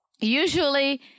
usually